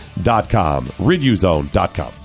Riduzone.com